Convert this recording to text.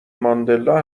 ماندلا